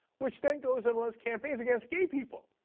which then goes and runs campaigns against gay people.